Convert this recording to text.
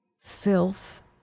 filth